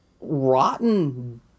rotten